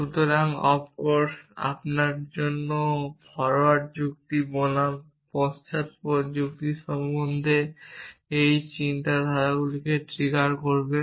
সুতরাং এই অফকোর্সটি আপনার জন্য ফরোয়ার্ড যুক্তি বনাম পশ্চাদপদ যুক্তি সম্পর্কে এই চিন্তাগুলিকে ট্রিগার করবে